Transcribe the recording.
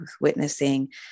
witnessing